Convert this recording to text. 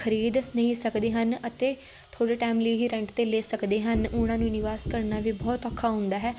ਖਰੀਦ ਨਹੀਂ ਸਕਦੇ ਹਨ ਅਤੇ ਥੋੜ੍ਹੇ ਟਾਇਮ ਲਈ ਹੀ ਰੈਂਟ 'ਤੇ ਲੈ ਸਕਦੇ ਹਨ ਉਹਨਾਂ ਨੂੰ ਨਿਵਾਸ ਕਰਨਾ ਵੀ ਬਹੁਤ ਔਖਾ ਹੁੰਦਾ ਹੈ